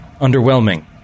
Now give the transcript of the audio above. underwhelming